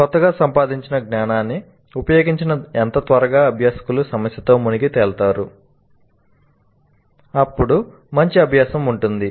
కొత్తగా సంపాదించిన జ్ఞానాన్ని ఉపయోగించి ఎంత త్వరగా అభ్యాసకులు సమస్యతో మునిగి తేలుతారు అప్పుడు మంచి అభ్యాసం ఉంటుంది